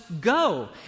go